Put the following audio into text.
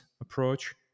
approach